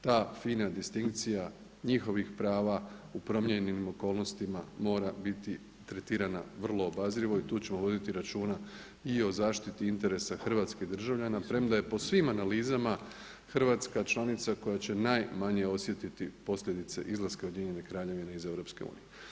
Ta fina distinkcija njihovih prava u promijenjenim okolnostima mora biti tretirana vrlo obazrivo i tu ćemo voditi računa i o zaštiti interesa hrvatskih državljana premda je po svim analizama Hrvatska članica koja će najmanje osjetiti posljedice izlaska UK iz EU.